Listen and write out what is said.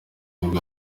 nibwo